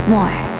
More